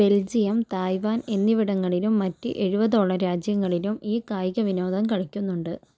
Belgium Taiwan എന്നിവിടങ്ങളിലും മറ്റ് ഏഴുപതോളം രാജ്യങ്ങളിലും ഈ കായികവിനോദം കളിക്കുന്നുണ്ട്